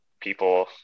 people